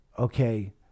Okay